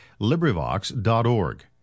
LibriVox.org